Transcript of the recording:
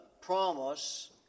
promise